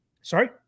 sorry